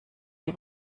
die